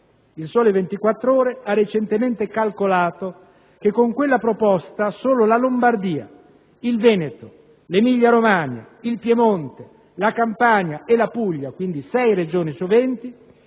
«Il Sole-24 ORE» ha recentemente calcolato che con quella proposta solo la Lombardia, il Veneto, l'Emilia-Romagna, il Piemonte, la Campania e la Puglia (quindi sei Regioni su venti)